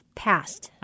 passed